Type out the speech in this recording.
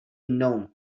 النوم